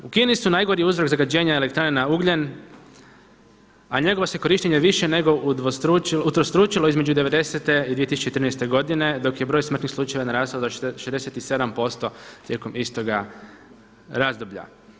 U Kini su najgori uzrok zagađenja elektrana na ugljen a njegovo se korištenje više nego utrostručilo između '90.-te i 2013. godine dok je broj smrtnih slučajeva narastao do 67% tijekom istoga razdoblja.